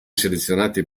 selezionati